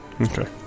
Okay